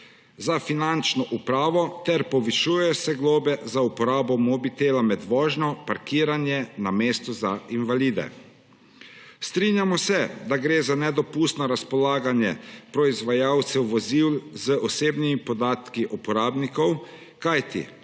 za finančno upravo ter povišujejo se globe za uporabo mobitela med vožnjo, parkiranje na mestu za invalide. Strinjamo se, da gre za nedopustno razpolaganje proizvajalcev vozil z osebnimi podatki uporabnikov, kajti